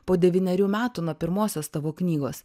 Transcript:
po devynerių metų nuo pirmosios tavo knygos